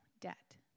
debt